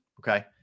Okay